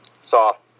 soft